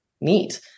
neat